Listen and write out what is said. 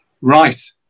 Right